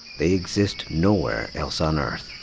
they exist nowhere else on earth.